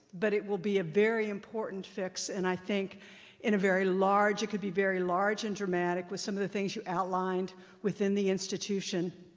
but it will be a very important fix. and i think in a very large it could be very large and dramatic with some of the things you outlined within the institution,